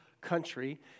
country